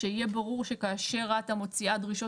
שיהיה ברור שכאשר רת"א מוציאה דרישות